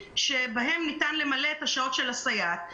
שבהם ניתן למלא את השעות של הסייעת.